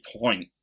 point